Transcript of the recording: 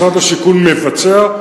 משרד השיכון מבצע,